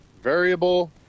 Variable